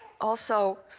also,